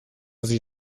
sie